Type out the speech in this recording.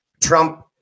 Trump